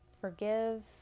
Forgive